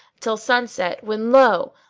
till sunset when lo!